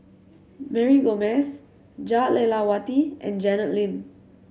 Mary Gomes Jah Lelawati and Janet Lim